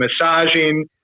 massaging